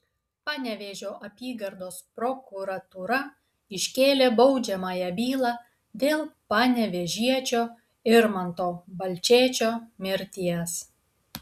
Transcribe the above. panevėžio apygardos prokuratūra iškėlė baudžiamąją bylą dėl panevėžiečio irmanto balčėčio mirties